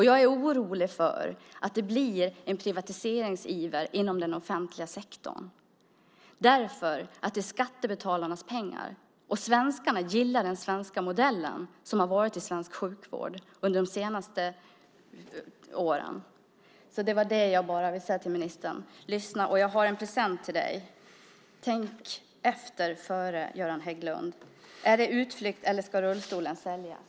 Jag är orolig för att det blir en privatiseringsiver inom den offentliga sektorn, för det handlar om skattebetalarnas pengar, och svenskarna gillar den svenska modellen, som har varit i svensk sjukvård de senaste åren. Lyssna, ministern! Jag har en present till dig. Tänk efter före, Göran Hägglund. Är det utflykt, eller ska rullstolen säljas?